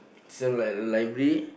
this one like library